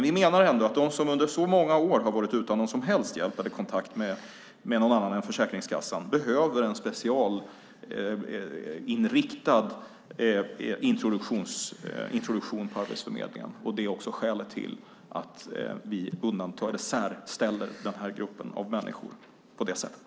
Vi menar att de som under så många år har varit utan någon som helst hjälp eller kontakt med någon annan än Försäkringskassan behöver en specialinriktad introduktion på Arbetsförmedlingen, och det är också skälet till att vi särställer den här gruppen människor på det sättet.